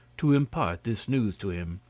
to impart this news to him.